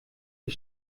die